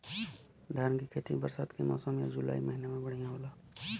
धान के खेती बरसात के मौसम या जुलाई महीना में बढ़ियां होला?